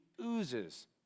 oozes